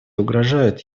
угрожают